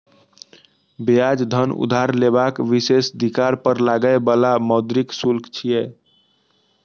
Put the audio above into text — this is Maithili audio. ब्याज धन उधार लेबाक विशेषाधिकार पर लागै बला मौद्रिक शुल्क छियै